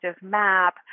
map